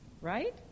right